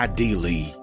Ideally